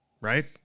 right